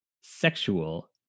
sexual